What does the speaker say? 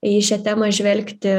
į šią temą žvelgti